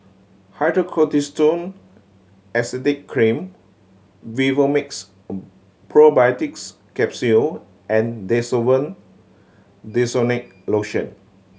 Hydrocortisone Acetate Cream Vivomixx Probiotics Capsule and Desowen Desonide Lotion